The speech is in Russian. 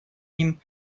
ним